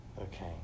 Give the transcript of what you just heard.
Okay